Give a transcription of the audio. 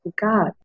God